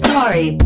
Sorry